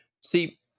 See